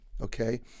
okay